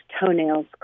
toenails